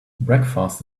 breakfast